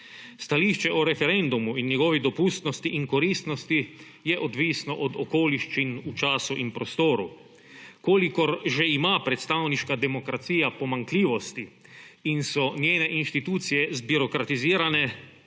Stališče o referendumu in njegovi dopustnosti in koristnosti je odvisno od okoliščin v času in prostoru. Kolikor že ima predstavniška demokracija pomanjkljivosti in so njene inštitucije zbirokratizirane,